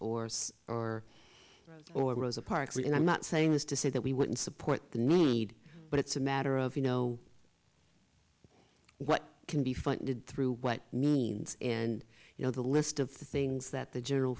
or or or rosa parks and i'm not saying this to say that we wouldn't support the need but it's a matter of you know what can be funded through what and you know the list of things that the general